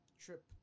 trip